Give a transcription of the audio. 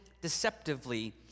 deceptively